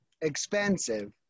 expensive